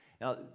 Now